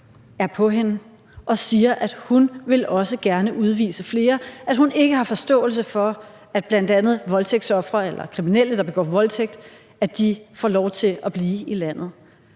hende, står og siger, at hun også gerne vil udvise flere, og at hun ikke har forståelse for, at kriminelle, der begår voldtægt, får lov til at blive i landet.